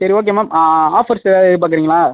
சரி okay ma'am offers ஏதாவது எதிர்பார்க்குறிங்களா